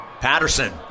patterson